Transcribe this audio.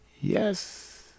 Yes